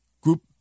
group